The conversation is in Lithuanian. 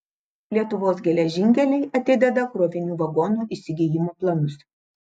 lietuvos geležinkeliai atideda krovinių vagonų įsigijimo planus